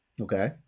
Okay